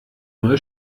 neue